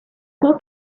got